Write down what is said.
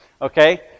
okay